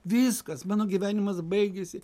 viskas mano gyvenimas baigėsi